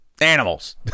animals